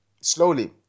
slowly